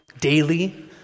daily